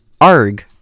Arg